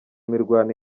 imirwano